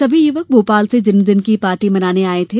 सभी युवक भोपाल से जन्मदिन की पार्टी मनाने आए थे